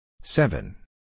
Seven